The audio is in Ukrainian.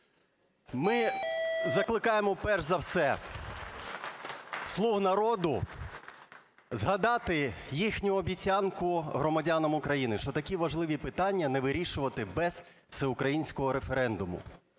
Ми закликаємо, перш за все, "Слуг народу" згадати їхню обіцянку громадянам України, що такі важливі питання не вирішувати без всеукраїнського референдуму.